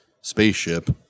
spaceship